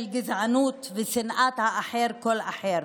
של גזענות ושנאת האחר, כל אחר.